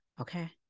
Okay